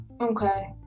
Okay